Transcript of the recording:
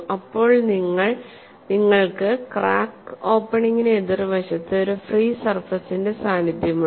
അപ്പോൾ നിങ്ങൾക്ക് ക്രാക്ക് ഓപ്പണിംഗിന് എതിർവശത്ത് ഒരു ഫ്രീ സർഫസിന്റെ സാന്നിധ്യമുണ്ട്